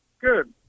Good